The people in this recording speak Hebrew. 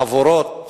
חבורות